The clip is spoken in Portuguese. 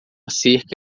cerca